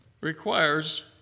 requires